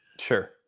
sure